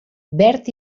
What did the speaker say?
verd